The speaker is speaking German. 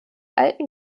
alten